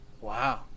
wow